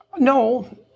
No